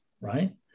right